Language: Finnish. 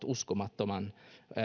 uskomattoman